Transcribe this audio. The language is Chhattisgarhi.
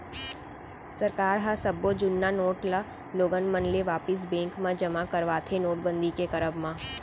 सरकार ह सब्बो जुन्ना नोट ल लोगन मन ले वापिस बेंक म जमा करवाथे नोटबंदी के करब म